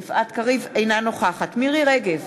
אינה נוכחת מירי רגב,